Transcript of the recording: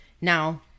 Now